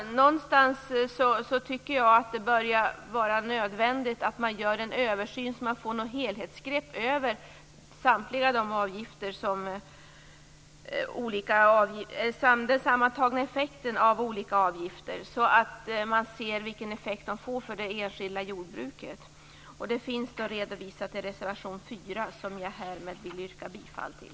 Någonstans tycker jag att det börjar vara nödvändigt att man gör en översyn för att få ett helhetsgrepp över den sammantagna effekten av olika avgifter, så att man ser vilken effekt de får för det enskilda jordbruket. Det finns redovisat i reservation 4, som jag härmed yrkar bifall till.